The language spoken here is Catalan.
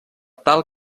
tal